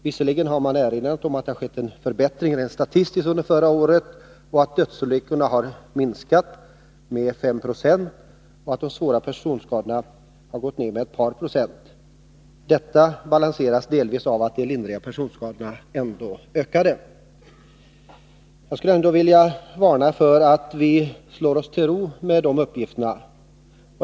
Visserligen har utskottet erinrat om att det har skett en förbättring rent statistiskt under förra året — att dödsolyckorna har minskat med 5 96 och de svåra personskadorna med ett par procent. Detta balanseras delvis av att de lindriga personskadorna ökade i antal. Jag skulle vilja varna för att vi slår oss till ro med dessa uppgifter.